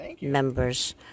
members